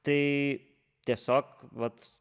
tai tiesiog vat